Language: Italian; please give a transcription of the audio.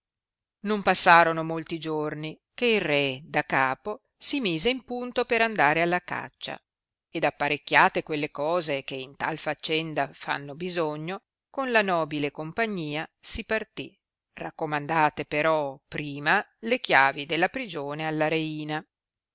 non passorono molti giorni che il re da capo si mise in punto per andare alla caccia ed apparecchiate quelle cose che in tal facenda fanno bisogno con la nobile compagnia si partì raccomandate però prima le chiavi della prigione alla reina